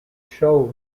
show